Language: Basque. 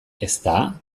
ezta